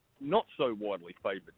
not-so-widely-favoured